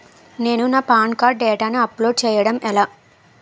నేను నా PAN card డేటాను అప్లోడ్ చేయడం ఎలా?